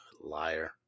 Liar